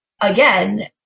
again